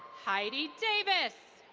heidi davis.